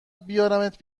بیارمت